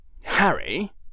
Harry